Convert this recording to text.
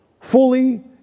fully